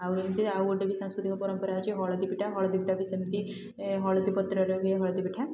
ଆଉ ଏମିତି ଆଉ ଗୋଟେ ବି ସାଂସ୍କୃତିକ ପରମ୍ପରା ଅଛି ହଳଦୀ ପିଠା ହଳଦୀପିଠା ବି ସେମିତି ଏଁ ହଳଦୀ ପତ୍ରରେ ହୁଏ ହଳଦୀ ପିଠା